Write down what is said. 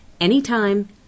anytime